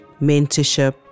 mentorship